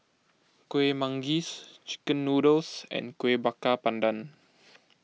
Kuih Manggis Chicken Noodles and Kueh Bakar Pandan